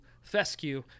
fescue